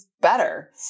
better